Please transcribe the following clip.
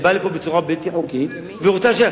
היא באה הנה בצורה בלתי חוקית, והיא רוצה להישאר.